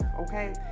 okay